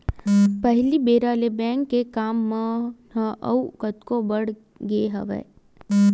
पहिली बेरा ले बेंक के काम मन ह अउ कतको बड़ गे हवय